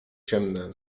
ciemne